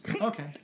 Okay